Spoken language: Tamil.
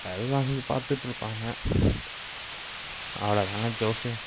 எதாவது வாங்கி பார்த்துட்ருப்பாங்க அவ்வளோ தான்ங்க ஜோசியம்